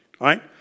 right